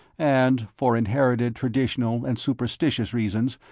and, for inherited traditional and superstitious reasons,